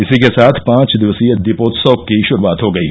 इसी के साथ पांच दिवसीय दीपोत्सव की शुरूआत हो गयी